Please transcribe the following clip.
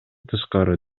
тышкары